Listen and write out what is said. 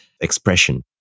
expression